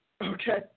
Okay